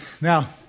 Now